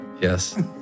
Yes